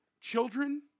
Children